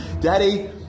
Daddy